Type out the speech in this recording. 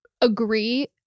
agree